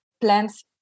plants